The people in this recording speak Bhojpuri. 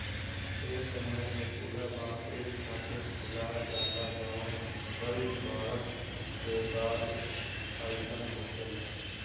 ए समय में पूरा बांस एक साथे फुला जाला जवन कई बरस के बाद अईसन होखेला